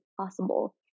possible